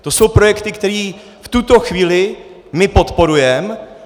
To jsou projekty, které v tuto chvíli my podporujeme.